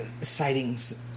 sightings